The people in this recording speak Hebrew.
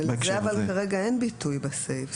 אבל לזה אין ביטוי בסעיף, כרגע.